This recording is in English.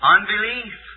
Unbelief